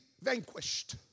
vanquished